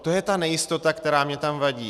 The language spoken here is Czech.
To je ta nejistota, která mi tam vadí.